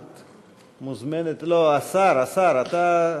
את מוזמנת, לא, השר, השר, אתה,